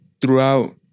throughout